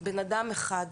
בן אדם אחד,